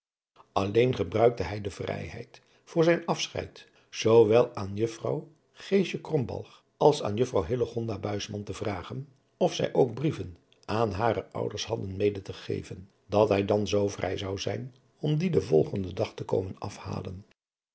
alleen gebruikte hij de vrijheid voor zijn asscheid zoowel aan juffrouw geesje krombalg als aan juffrouw hillegonda buisman te vragen of zij ook brieven aan hare ouders hadden mede te geven dat hij dan zoo vrij zou zijn om die den volgenden dag te komen afhalen